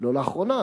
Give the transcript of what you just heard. לא לאחרונה,